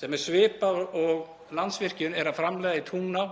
sem er svipað og Landsvirkjun er að framleiða í Tungná